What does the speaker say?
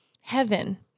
heaven